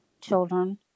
children